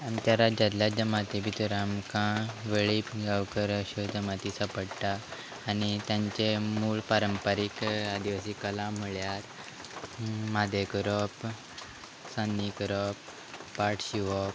आमच्या राज्यांतल्या जमाती भितर आमकां वेळीप गांवकर अश्यो जमाती सांपडटा आनी तांचे मूळ पारंपारीक आदिवासी कला म्हळ्यार मादें करप सान्नी करप पाट शिंवप